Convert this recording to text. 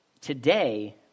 Today